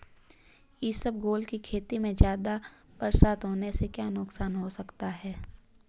इसबगोल की खेती में ज़्यादा बरसात होने से क्या नुकसान हो सकता है?